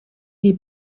les